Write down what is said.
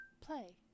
Play